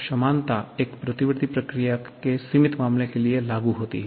समानता एक प्रतिवर्ती प्रक्रिया के सीमित मामले के लिए लागु होती है